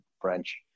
french